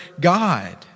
God